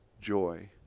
joy